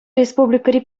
республикӑри